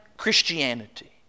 Christianity